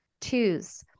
Twos